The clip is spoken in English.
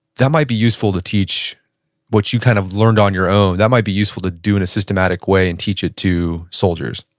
that might be useful to teach what you kind of learned on your own. that might be useful to do in a systematic way and teach it to soldiers?